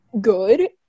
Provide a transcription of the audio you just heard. good